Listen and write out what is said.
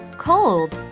cold